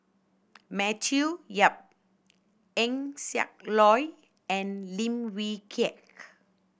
Matthew Yap Eng Siak Loy and Lim Wee Kiak